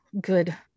good